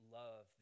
love